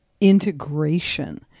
integration